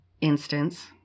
instance